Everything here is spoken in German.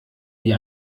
wie